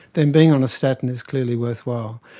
then being on a statin is clearly worthwhile.